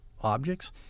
objects